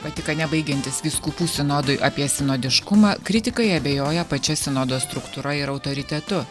vatikane baigiantis vyskupų sinodui apie sinodiškumą kritikai abejoja pačia sinodo struktūra ir autoritetu